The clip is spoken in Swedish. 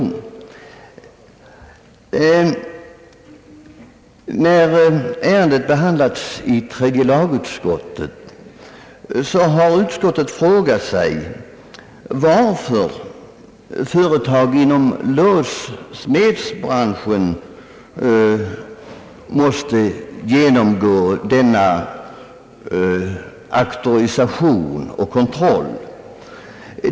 När ärendet behandlades i år, ställdes i tredje lagutskottet frågan, varför företag inom låssmedsbranschen borde genomgå kontroll och auktorisation.